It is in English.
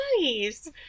nice